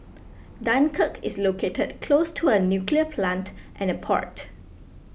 Dunkirk is located close to a nuclear plant and a port